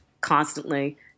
constantly